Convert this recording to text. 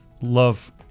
love